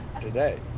today